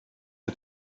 sie